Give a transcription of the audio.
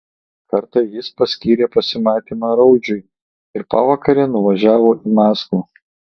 kartą jis paskyrė pasimatymą raudžiui ir pavakare nuvažiavo į maskvą